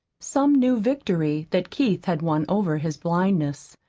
some new victory that keith had won over his blindness,